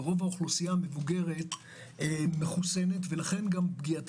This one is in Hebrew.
ורוב האוכלוסייה המבוגרת מחוסנת ולכן פגיעת